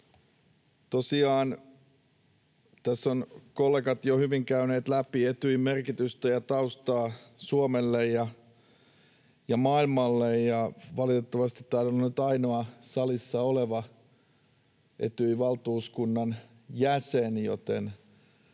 Tosiaan tässä ovat kollegat jo hyvin käyneet läpi Etyjin merkitystä ja taustaa Suomelle ja maailmalle. Valitettavasti taidan olla nyt ainoa salissa oleva Etyjin valtuuskunnan jäsen, joten